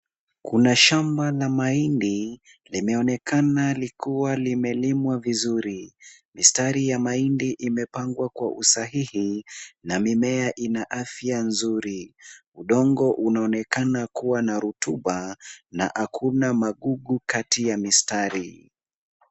Kuna shamba la mahindi limeonekana likiwa limelimwa vizuri. Mistari ya mahindi imepangwa kwa usahihi na mimea ina afya nzuri. Udongo unaonekana kuwa na rutuba na hakuna magugu kati ya mistari.